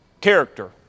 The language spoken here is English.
character